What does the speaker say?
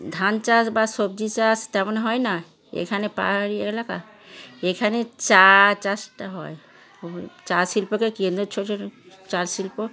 ধান চাষ বা সবজি চাষ তেমন হয় না এখানে পাহাড়ি এলাকা এখানে চা চাষটা হয় ওগুলো চা শিল্পকে কেন্দ্র করে ছোট ছোট চা শিল্প